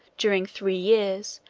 during three years,